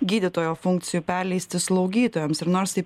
gydytojo funkcijų perleisti slaugytojams ir nors tai